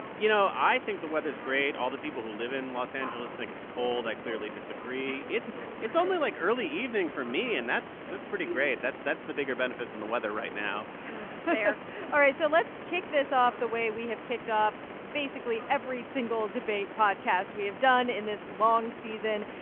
you know, i think the weather's great. all the people who live in los angeles think it's cold. i clearly disagree. it's it's only, like, early evening for me, and that's that's pretty great. that's that's the bigger benefit than the weather right now fair all right. so let's kick this off the way we have kicked off basically every single debate podcast we have done in this long season.